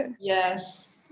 Yes